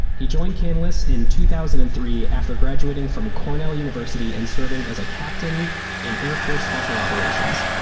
he joined canlis in two thousand and three after graduating from cornell university and serving as a captain in air force special operations.